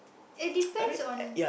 it depends on